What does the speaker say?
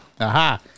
Aha